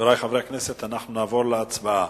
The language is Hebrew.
חברי חברי הכנסת, אנחנו נעבור להצבעה.